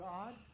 God